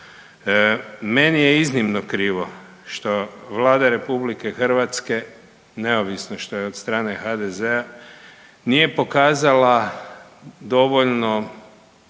Meni je iznimno krivo što Vlada RH neovisno što je od strane HDZ-a, nije pokazala dovoljno